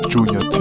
Junior